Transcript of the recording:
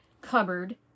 cupboard